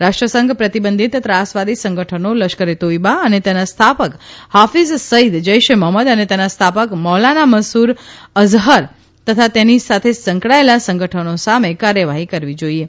રાષ્ટ્રસંઘ પ્રતિબંધીત ત્રાસવાદી સંગઠનો લશ્કરે તોયબા તથા તેના સ્થાપક હાફીઝ સઇદ જૈશે મહંમદ અને તેના સ્થાપક મૌલાન મસૂદ અઝહર તથા તેની સાથે સંકળાયેલા સંગઠનો સામે કાર્યવાહી કરવી જોઇએ